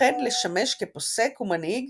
וכן לשמש כפוסק ומנהיג